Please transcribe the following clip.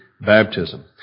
baptism